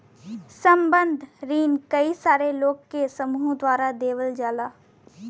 संबंद्ध रिन कई सारे लोग के समूह द्वारा देवल जाला